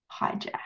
hijack